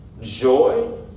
joy